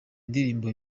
indirimbo